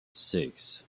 six